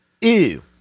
Ew